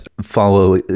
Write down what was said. follow